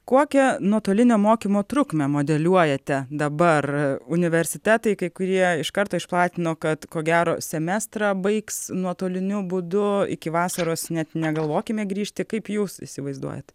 kokią nuotolinio mokymo trukmę modeliuojate dabar universitetai kai kurie iš karto išplatino kad ko gero semestrą baigs nuotoliniu būdu iki vasaros net negalvokime grįžti kaip jūs įsivaizduojat